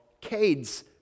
Cade's